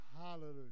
Hallelujah